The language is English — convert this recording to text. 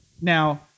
Now